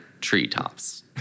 treetops